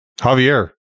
Javier